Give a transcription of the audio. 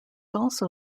also